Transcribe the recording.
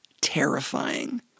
terrifying